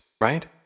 right